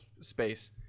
space